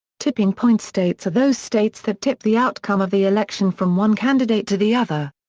tipping point states are those states that tip the outcome of the election from one candidate to the other.